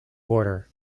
water